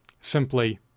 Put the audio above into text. simply